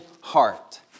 heart